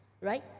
right